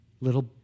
little